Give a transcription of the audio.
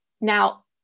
Now